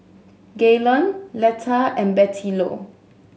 Gaylen Letta and Bettylou